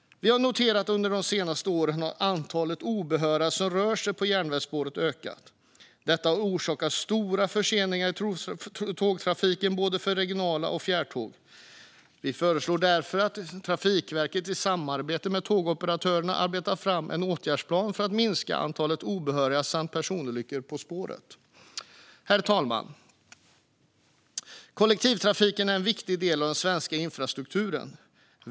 Vi har under de senaste åren noterat att antalet obehöriga som rör sig på järnvägsspåren ökar. Detta har orsakat stora förseningar i tågtrafiken för både regionala tåg och fjärrtåg. Vi föreslår därför att Trafikverket i samarbete med tågoperatörerna arbetar fram en åtgärdsplan för att minska antalet obehöriga på spåren samt personolyckor på spåren. Herr talman! Kollektivtrafiken är en viktig del av den svenska infrastrukturen.